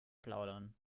plaudern